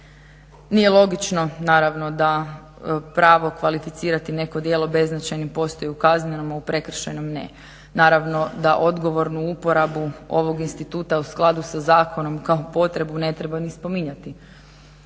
Nije logično, naravno, da pravo da kvalificirati neko djelo beznačajnim, postoji u kaznenom a u prekršajnom ne. Naravno da odgovornu uporabu ovog instituta u skladu sa zakonom kao potrebu ne treba ni spominjati.